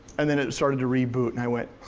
and then it started to reboot and i went